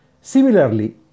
Similarly